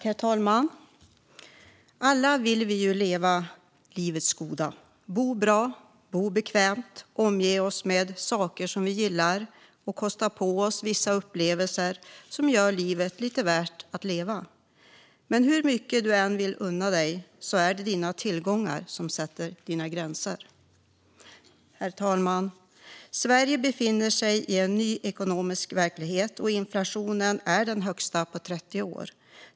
Herr talman! Alla vill vi få del av livets goda: bo bra och bekvämt, omge oss med saker vi gillar och kosta på oss vissa upplevelser som gör livet värt att leva. Men hur mycket du än vill unna dig är det dina tillgångar som sätter gränserna. Herr talman! Sverige befinner sig i en ny ekonomisk verklighet, och inflationen är den högsta på 30 år.